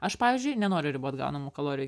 aš pavyzdžiui nenoriu ribot gaunamų kalorijų